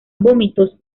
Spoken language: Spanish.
vómitos